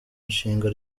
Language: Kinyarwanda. nshinga